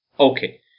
Okay